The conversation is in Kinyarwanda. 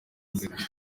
mbere